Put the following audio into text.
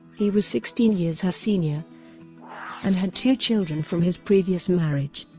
he was sixteen years her senior and had two children from his previous marriage.